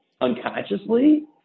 unconsciously